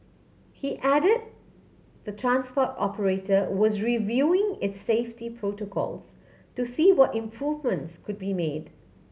he add the transport operator was reviewing its safety protocols to see what improvements could be made